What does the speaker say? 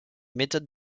méthodes